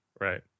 Right